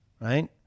right